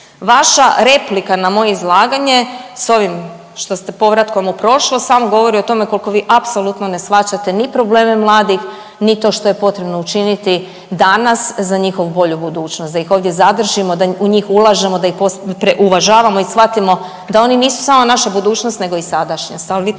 vaša replika na moje izlaganje s ovim što ste povratkom u prošlost, samo govori o tome koliko vi apsolutno ne shvaćate ni probleme mladih ni to što je potrebno učiniti danas za njihovu bolju budućnost, da ih ovdje zadržimo, da u njih ulažemo, da ih .../nerazumljivo/... uvažavamo i shvatimo da oni nisu samo naša budućnost, nego i sadašnjost,